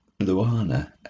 Luana